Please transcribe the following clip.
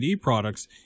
products